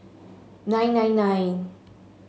nine nine nine